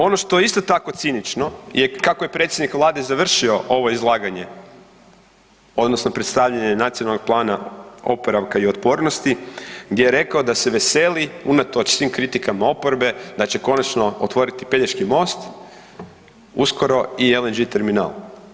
Ono što je isto tako cinično je kako je predsjednik Vlade završio ovo izlaganje odnosno predstavljanje Nacionalnog plana oporavka i otpornosti gdje je rekao da se veseli unatoč svim kritikama oporbe da će konačno otvoriti Pelješki most uskoro i LNG terminal.